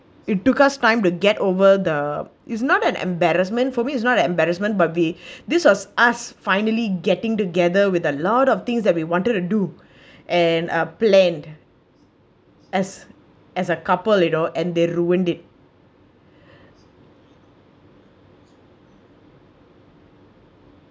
it took us time to get over the is not an embarrassment for me it's not an embarrassment but we this was us finally getting together with a lot of things that we wanted to do and uh planned as as a couple leader and they ruined it